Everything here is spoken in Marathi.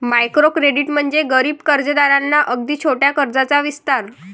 मायक्रो क्रेडिट म्हणजे गरीब कर्जदारांना अगदी छोट्या कर्जाचा विस्तार